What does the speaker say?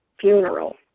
funeral